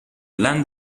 land